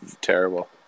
terrible